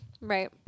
Right